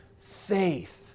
faith